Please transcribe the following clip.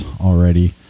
already